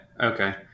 okay